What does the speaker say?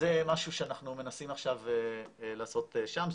זה משהו שאנחנו מנסים עכשיו לעשות שם.